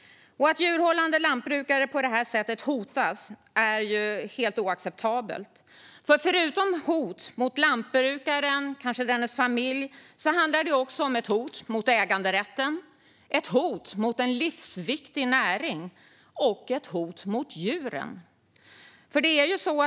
Att djurhållande lantbrukare på detta sätt hotas är helt oacceptabelt. Förutom hot mot lantbrukaren, och kanske mot dennes familj, handlar det också om hot mot äganderätten, hot mot en livsviktig näring och hot mot djuren.